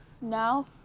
Now